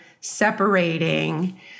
separating